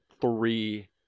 three